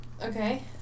Okay